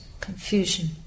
confusion